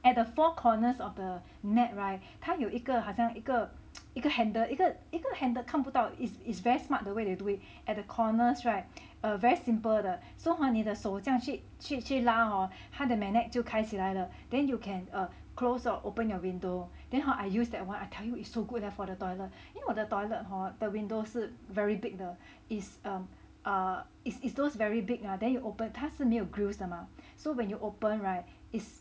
at the four corners of the net [right] 他有一个好像一个一个 handle 一个一个 handle 看不到 is is very smart though where they do it at the corners [right] err very simple 的 so !huh! 你的手这样去去拉 hor 他的 magnet 就开起来了 then you can err closed or open your window then how hor used that one I tell you is so good ah for the toilet 因为我的 toilet hor 的 windows 是 very big 的 is um err is is those very big ah then you open 他是没有 grills 的吗 so when you open [right] is